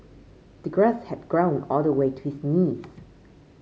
the grass had grown all the way to his knees